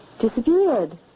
Disappeared